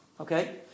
Okay